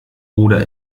oder